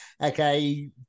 Okay